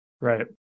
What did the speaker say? Right